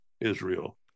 Israel